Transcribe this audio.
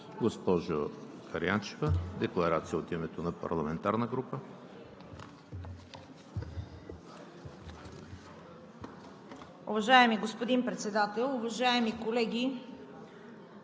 Госпожа Караянчева – декларация от името на парламентарна група.